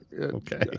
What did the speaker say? Okay